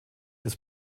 des